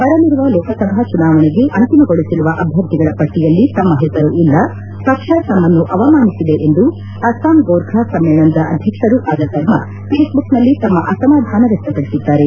ಬರಲಿರುವ ಲೋಕಸಭಾ ಚುನಾವಣೆಗೆ ಅಂತಿಮಗೊಳಿಸಿರುವ ಅಭ್ವರ್ಥಿಗಳ ಪಟ್ಟಿಯಲ್ಲಿ ತಮ್ಮ ಹೆಸರು ಇಲ್ಲ ಪಕ್ಷ ತಮ್ನನ್ನು ಅವಮಾನಿಸಿದೆ ಎಂದು ಅಸ್ಲಾಂ ಗೋರ್ಖಾ ಸಮ್ನೇಳನ್ದ ಅಧ್ಯಕ್ಷರೂ ಆದ ಸರ್ಮಾ ಫೇಸ್ಬುಕ್ನಲ್ಲಿ ತಮ್ಮ ಅಸಮಾಧಾನವನ್ನು ವ್ಯಕ್ತಪಡಿಸಿದ್ದಾರೆ